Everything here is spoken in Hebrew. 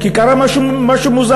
כי קרה משהו מוזר,